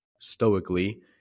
stoically